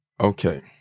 Okay